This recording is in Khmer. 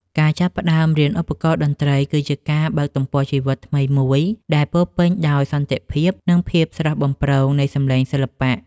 ការចាប់ផ្តើមរៀនឧបករណ៍តន្ត្រីគឺជាការបើកទំព័រជីវិតថ្មីមួយដែលពោរពេញដោយសន្តិភាព និងភាពស្រស់បំព្រងនៃសម្លេងសិល្បៈ។